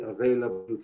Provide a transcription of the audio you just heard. available